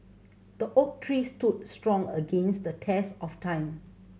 the oak tree stood strong against the test of time